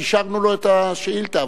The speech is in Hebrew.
ואישרנו לו את השאילתא.